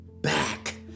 back